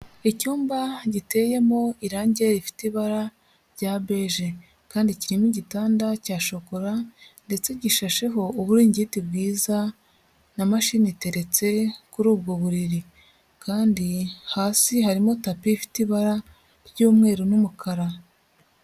Icyumba giteyemo irangi rifite ibara rya beje kandi kirimo igitanda cya shokora ndetse gishasheho uburingiti bwiza na mashini iteretse kuri ubwo buriri kandi hasi harimo tapi ifite ibara ry'umweru n'umukara.